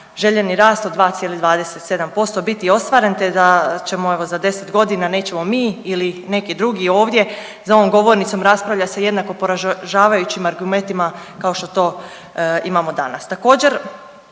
željeni rast od 2,27% biti ostvaren, te da ćemo evo za 10 godina nećemo mi ili neki drugi ovdje za ovom govornicom raspravljati sa jednako poražavajućim argumentima kao što to imamo danas. Također